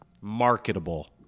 marketable